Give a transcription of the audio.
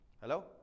Hello